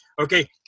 Okay